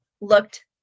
looked